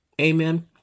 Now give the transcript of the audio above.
Amen